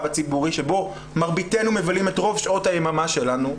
הציבורי שבו מרביתנו מבלים את רוב שעות היממה שלנו,